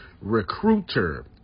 Recruiter